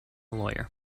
lawyer